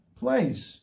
place